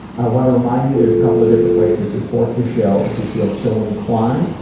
i wanna remind you there's a couple of different ways to support the show, if you feel so inclined.